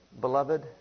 Beloved